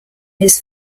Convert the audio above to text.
his